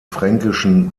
fränkischen